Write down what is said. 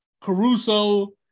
Caruso